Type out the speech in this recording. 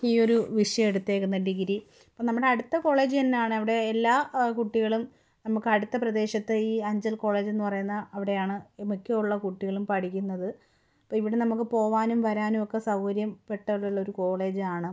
ഈ ഒരു വിഷയം എടുത്തിരിക്കുന്ന ഡിഗ്രി ഇപ്പം നമ്മുടെ അടുത്ത കോളേജ് തന്നെയാണ് അവിടെ എല്ലാ കുട്ടികളും നമുക്ക് അടുത്ത പ്രദേശത്തെ ഈ അഞ്ചൽ കോളേജെന്നു പറയുന്ന അവിടെയാണ് മിക്കുള്ള കുട്ടികളും പഠിക്കുന്നത് അപ്പം ഇവിടെ നമുക്ക് പോകാനും വരാനുമൊക്കെ സൗകര്യം പെട്ടലുള്ളൊരു കോളേജാണ്